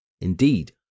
Indeed